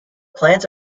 plants